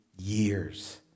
years